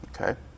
Okay